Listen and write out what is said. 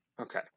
Okay